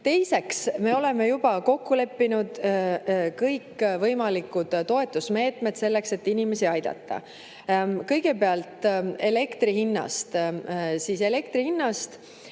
Teiseks, me oleme juba kokku leppinud kõikvõimalikud toetusmeetmed selleks, et inimesi aidata. Kõigepealt elektri hinnast.